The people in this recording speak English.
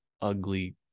ugly